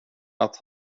att